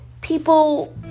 people